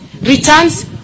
returns